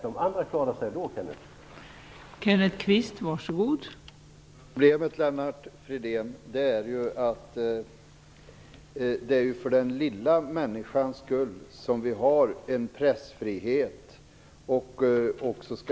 De andra klarar sig ändå, Kenneth Kvist.